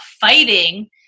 fighting